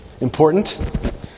important